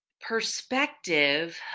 perspective